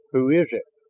who is it?